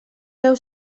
deu